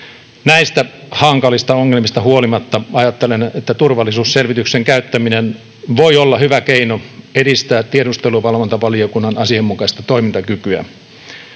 Näistä hankalista ongelmista huolimatta ajattelen, että turvallisuusselvityksen käyttäminen voi olla hyvä keino edistää tiedusteluvalvontavaliokunnan asianmukaista toimintakykyä.